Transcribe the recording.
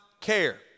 care